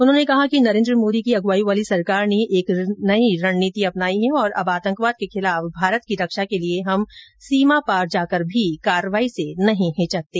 उन्होंने कहा कि नरेन्द्र मोदी की अगुवाई वाली सरकार ने एक नई रणनीति अपनाई है और अब आतंकवाद के खिलाफ भारत की रक्षा के लिए हम सीमा पार जाकर भी कार्रवाई से नहीं हिचकते